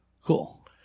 cool